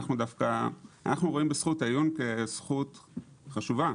אנחנו רואים בזכות העיון כזכות חשובה,